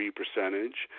percentage